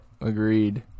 agreed